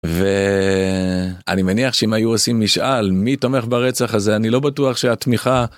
ואני מניח שאם היו עושים משאל מי תומך ברצח הזה אני לא בטוח שהתמיכה...